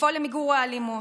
לפעול למיגור האלימות,